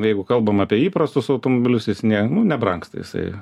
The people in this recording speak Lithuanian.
jeigu kalbam apie įprastus automobilius jis ne nu nebrangsta jisai